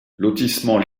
lotissement